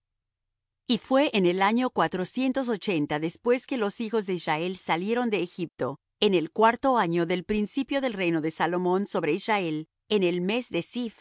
y fué en el año cuatrocientos ochenta después que los hijos de israel salieron de egipto en el cuarto año del principio del reino de salomón sobre israel en el mes de ziph